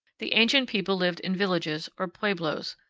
the ancient people lived in villages, or pueblos,